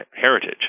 heritage